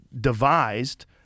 devised